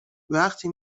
وقتی